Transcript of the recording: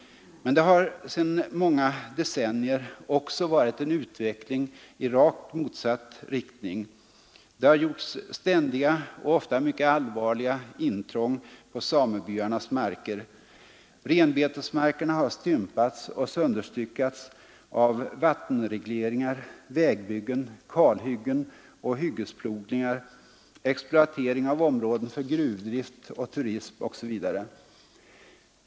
Men det har sedan många decennier också varit en utveckling i rakt motsatt riktning. Det har gjorts ständiga och ofta mycket allvarliga intrång på samebyarnas marker. Renbetesmarkerna har stympats och sönderstyckats av vattenregleringar, vägbyggen, kalhyggen och hyggesplogningar, exploatering av områden för gruvdrift och turism etc.